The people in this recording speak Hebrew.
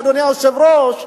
אדוני היושב-ראש,